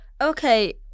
okay